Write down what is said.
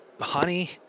honey